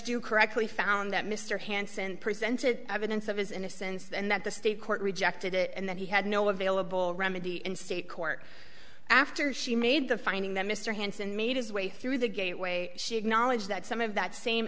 you correctly found that mr hanson presented evidence of his innocence and that the state court rejected it and that he had no available remedy in state court after she made the finding that mr hanson made his way through the gateway she acknowledged that some of that same